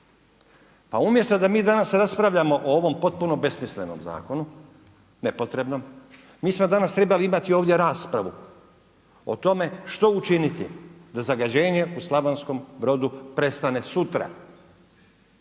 Pa umjesto da mi danas raspravljamo o ovom potpuno besmislenom zakonu, nepotrebnom, mi smo danas trebali imati ovdje raspravu o tome što učiniti da zagađenje u Slavonskom Brodu prestane sutra.